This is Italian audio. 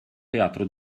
teatro